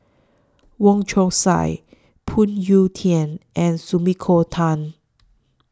Wong Chong Sai Phoon Yew Tien and Sumiko Tan